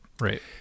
Right